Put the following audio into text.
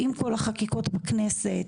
עם כל החקיקות בכנסת,